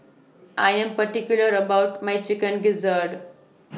I Am particular about My Chicken Gizzard